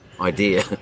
idea